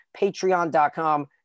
Patreon.com